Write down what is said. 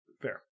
Fair